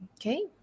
Okay